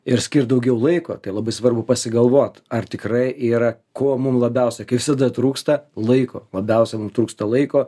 ir skirt daugiau laiko tai labai svarbu pasigalvot ar tikrai yra kuo mum labiausiai kaip visada trūksta laiko labiausia mum trūksta laiko